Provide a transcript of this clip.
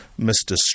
Mr